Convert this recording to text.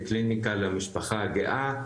קליניקה למשפחה הגאה,